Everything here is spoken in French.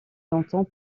longtemps